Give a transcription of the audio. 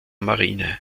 marine